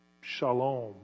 shalom